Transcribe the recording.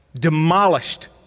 demolished